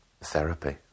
therapy